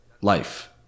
life